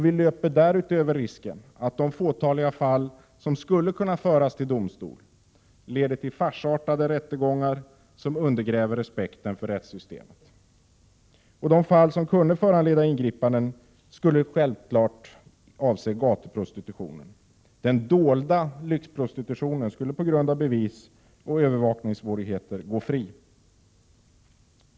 Vi löper därutöver risken att de fåtaliga fall som skulle kunna föras till domstol leder till farsartade rättegångar som undergräver respekten för rättssystemet. De fall som kunde föranleda ingripanden skulle självfallet avse gatuprostitutionen. Den dolda lyxprostitutionen skulle på grund av bevisoch övervakningssvårigheter gå fri.